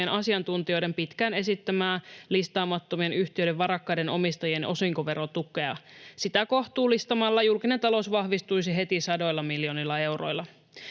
asiantuntijoiden pitkään esittämää listaamattomien yhtiöiden varakkaiden omistajien osinkoverotukea. Sitä kohtuullistamalla julkinen talous vahvistuisi heti sadoilla miljoonilla euroilla.